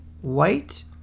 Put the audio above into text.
white